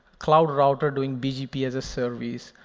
cloud router doing bgp as a service.